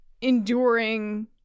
enduring